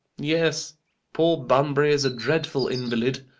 yes poor bunbury is a dreadful invalid.